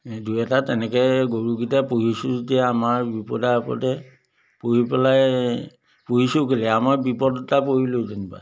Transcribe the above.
এ দুই এটা তেনেকৈ গৰুকেইটা পুহিছোঁ যেতিয়া আমাৰ বিপদে আপদে পুহি পেলাই পুহিছোঁ কেলৈ আমাৰ বিপদ এটাত পৰিলোঁ যেনিবা